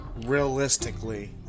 realistically